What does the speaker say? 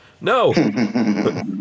No